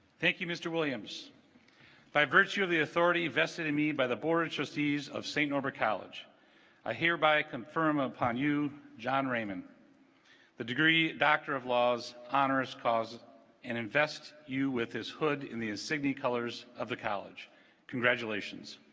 thank you mr. williams by virtue of the authority vested in me by the board of trustees of st. norbert college i hereby confirm upon you john raymond the degree doctor of laws honoris causa and invests you with his hood in these signe colors of the college congratulations